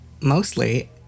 Mostly